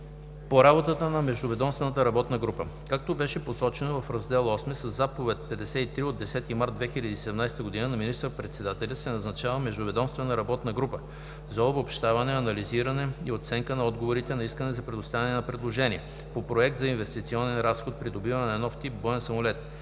По работата на Междуведомствената работна група Както беше посочено в Раздел VIII , със заповед № Р 53 от 10 март 2017 г. на министър-председателя се назначава междуведомствена работна група (МВРГ) за обобщаване, анализиране и оценка на отговорите на Искане за предоставяне на предложение по Проект за инвестиционен разход „Придобиване на нов тип боен самолет“.